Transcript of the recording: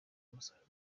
umusaruro